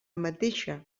mateixa